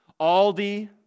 Aldi